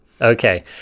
Okay